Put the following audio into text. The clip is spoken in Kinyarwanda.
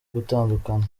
gutandukana